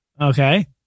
Okay